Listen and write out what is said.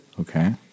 Okay